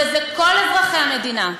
וזה כל אזרחי המדינה,